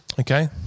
Okay